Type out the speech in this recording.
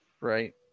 Right